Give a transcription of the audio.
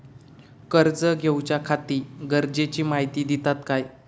कर्ज घेऊच्याखाती गरजेची माहिती दितात काय?